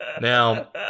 Now